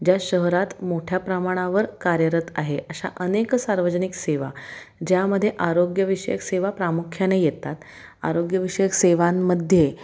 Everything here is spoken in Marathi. ज्या शहरात मोठ्या प्रमाणावर कार्यरत आहे अशा अनेक सार्वजनिक सेवा ज्यामध्ये आरोग्यविषयक सेवा प्रामुख्याने येतात आरोग्यविषयक सेवांमध्ये